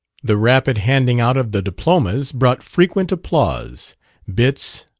the rapid handing out of the diplomas brought frequent applause bits,